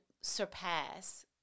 surpass